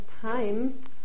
time